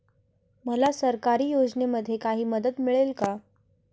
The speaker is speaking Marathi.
मला सरकारी योजनेमध्ये काही मदत मिळेल का?